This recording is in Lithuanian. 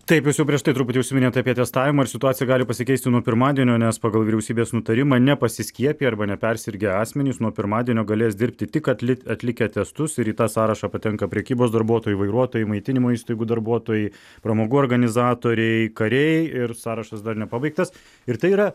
taip jūs jau prieš tai truputį užsiminėt apie testavimą ir situacija gali pasikeisti nuo pirmadienio nes pagal vyriausybės nutarimą nepasiskiepiję arba nepersirgę asmenys nuo pirmadienio galės dirbti tik atlikti atlikę testus ir į tą sąrašą patenka prekybos darbuotojai vairuotojai maitinimo įstaigų darbuotojai pramogų organizatoriai kariai ir sąrašas dar nepabaigtas ir tai yra